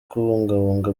kubungabunga